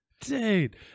Dude